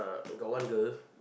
got one girl